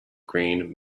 green